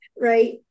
right